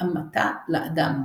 והתאמתה לאדם.